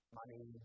money